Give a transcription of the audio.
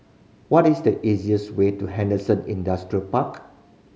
what is the easiest way to Henderson Industrial Park